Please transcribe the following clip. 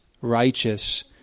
righteous